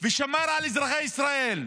ושמר על אזרחי ישראל,